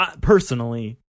Personally